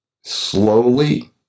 slowly